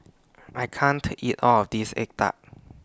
I can't eat All of This Egg Tart